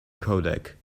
codec